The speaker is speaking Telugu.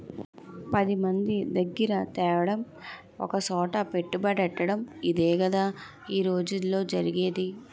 పదిమంది దగ్గిర తేడం ఒకసోట పెట్టుబడెట్టటడం ఇదేగదా ఈ రోజుల్లో జరిగేది